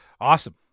awesome